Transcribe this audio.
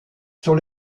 sur